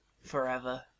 Forever